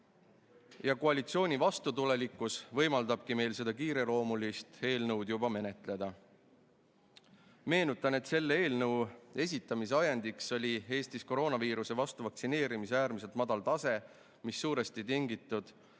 ja koalitsiooni vastutulelikkus võimaldabki meil seda kiireloomulist eelnõu menetleda. Meenutan, et selle eelnõu esitamise ajendiks oli Eestis koroonaviiruse vastu vaktsineerimise äärmiselt madal tase, mis oli suuresti tingitud